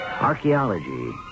Archaeology